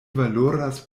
valoras